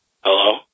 Hello